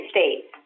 States